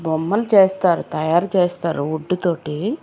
బొమ్మలు చేస్తారు తయారు చేస్తారు వుడ్డు తోటి